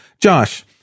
Josh